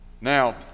Now